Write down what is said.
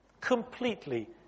Completely